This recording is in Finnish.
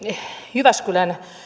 jyväskylän